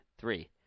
three